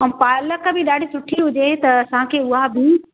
ऐं पालक बि ॾाढी सुठी हुजे त असांखे उहा बि